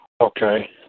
Okay